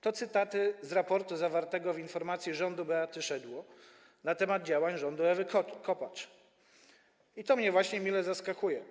To cytaty z raportu zawartego w informacji rządu Beaty Szydło na temat działań rządu Ewy Kopacz, i to mnie właśnie mile zaskakuje.